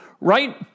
right